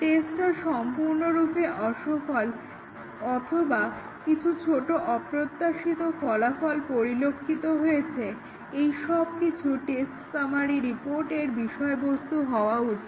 টেস্টটা সম্পূর্ণরূপে অসফল অথবা কিছু ছোট অপ্রত্যাশিত ফলাফল পরিলক্ষিত হয়েছে এই সবকিছু টেস্ট সামারি রিপোর্টের বিষয়বস্তু হওয়া উচিত